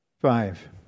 Five